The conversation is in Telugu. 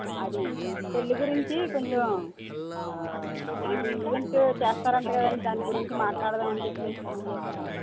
అది పెళ్ళి గురించి కొంచెం మీరు ఈవెంటు చేస్తారు అంట కదండి దాని గురించి మాట్లాడదాం అని చెప్పి ఫోన్ చేశాను అండి